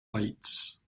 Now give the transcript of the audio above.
whites